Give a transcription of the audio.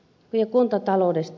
vielä kuntataloudesta